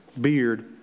beard